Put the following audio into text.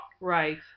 Right